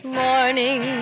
morning